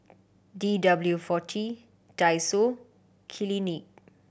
D W forty Daiso Clinique